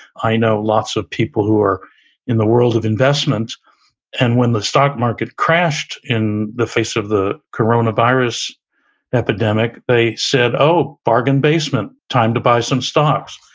i know lots of people who are in the world of investment and when the stock market crashed in the face of the coronavirus epidemic, they said, oh, bargain basement, time to buy some stocks.